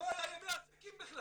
לא היה ימי עסקים בכלל.